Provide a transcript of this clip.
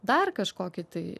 dar kažkokį tai